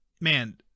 man